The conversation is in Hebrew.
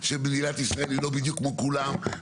מדינת ישראל היא לא בדיוק כמו כולן,